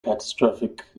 catastrophic